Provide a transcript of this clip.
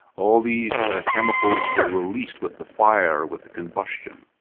all these chemicals were released with the fire, with the combustion.